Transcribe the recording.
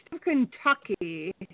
Kentucky